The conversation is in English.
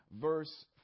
verse